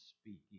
speaking